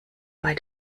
bei